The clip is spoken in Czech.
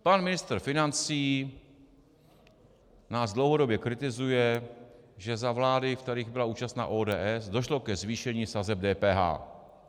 Pan ministr financí nás dlouhodobě kritizuje, že za vlád, v kterých byla účastna ODS, došlo ke zvýšení sazeb DPH.